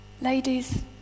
Ladies